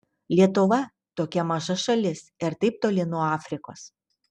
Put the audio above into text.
lietuva tokia maža šalis ir taip toli nuo afrikos